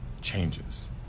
changes